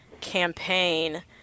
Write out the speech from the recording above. campaign